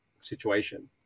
situation